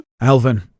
Alvin